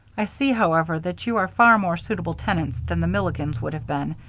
i see, however, that you are far more suitable tenants than the milligans would have been,